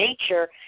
nature